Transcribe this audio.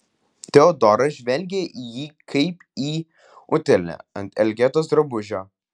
teodora žvelgė į jį kaip į utėlę ant elgetos drabužio